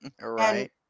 right